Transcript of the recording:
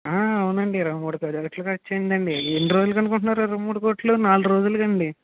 అవునండీ ఇరవై మూడు కోట్లు ఖర్చయ్యిందండీ ఎన్ని రోజులకనుకుంటున్నారు ఇరవై మూడు కోట్లు నాలురోజులకండీ